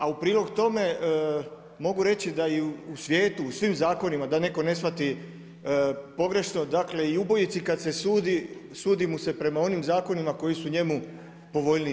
A u prilog tome mogu reći da i u svijetu u svim zakonima da netko ne shvati pogrešno, dakle, i ubojici kad se sudi sudi mu se prema onim zakonima koji su njemu povoljniji.